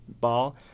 ball